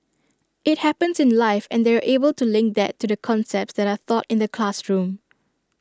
IT happens in life and they're able to link that to the concepts that are taught in the classroom